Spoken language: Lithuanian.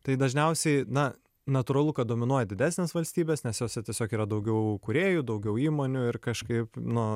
tai dažniausiai na natūralu kad dominuoja didesnės valstybės nes jose tiesiog yra daugiau kūrėjų daugiau įmonių ir kažkaip nu